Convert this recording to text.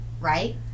right